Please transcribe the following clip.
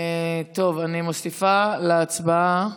טוב, אני מוסיפה להצבעה,